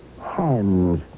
hands